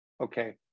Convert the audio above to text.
okay